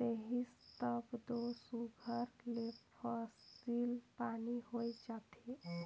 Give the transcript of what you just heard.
देहिस तब दो सुघर ले फसिल पानी होए जाथे